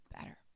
better